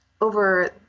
over